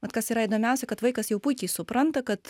vat kas yra įdomiausia kad vaikas jau puikiai supranta kad